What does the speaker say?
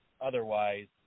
otherwise